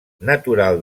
natural